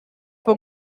for